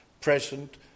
present